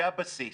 זה הבסיס.